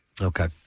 Okay